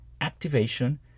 activation